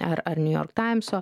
ar ar niujork taimso